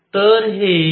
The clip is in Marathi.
तर हे E आहे